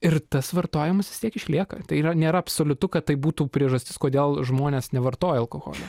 ir tas vartojimas vis tiek išlieka tai yra nėra absoliutu kad tai būtų priežastis kodėl žmonės nevartoja alkoholio